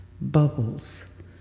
Bubbles